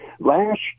Last